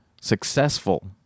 successful